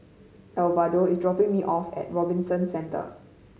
Alvaro is dropping me off at Robinson Centre